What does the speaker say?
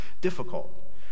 difficult